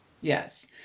Yes